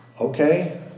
okay